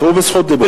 הוא בזכות דיבור.